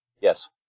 yes